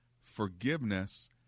forgiveness